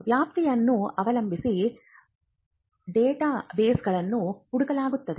ವ್ಯಾಪ್ತಿಯನ್ನು ಅವಲಂಬಿಸಿ ಡೇಟಾಬೇಸ್ಗಳನ್ನು ಹುಡುಕಲಾಗುತ್ತದೆ